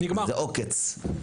זה עוקץ.